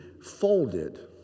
folded